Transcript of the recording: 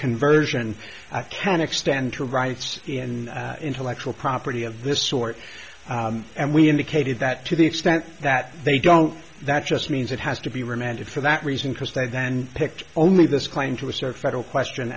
conversion can extend to rights in intellectual property of this sort and we indicated that to the extent that they don't that just means it has to be remanded for that reason because they then picked only this claim to assert federal question